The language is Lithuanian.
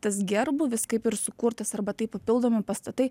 tas gerbūvis kaip ir sukurtas arba tai papildomi pastatai